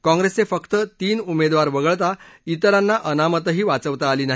काँप्रेसचे फक्त तीन उमेदवार वगळता इतरांना अनामतही वाचवता आली नाही